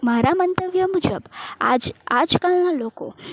મારા મંતવ્ય મુજબ આજ આજકાલનાં લોકો